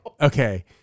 okay